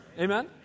Amen